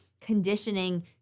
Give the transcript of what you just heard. conditioning